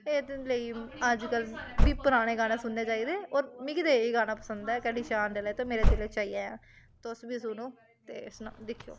एह्दे लेई अज्जकल बी पराने गाने सुनने चाहिदे होर मिगी ते एह् गाना पसंद ऐ कड़ी शाम डले ते मेरै दिलै च आई जायां तुस बी सुनो ते सना दिक्खेओ